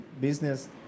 business